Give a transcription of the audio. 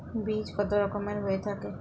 বীজ কত রকমের হয়ে থাকে?